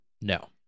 No